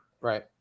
Right